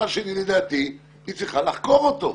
שנית, לדעתי היא צריכה לחקור אותו.